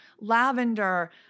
lavender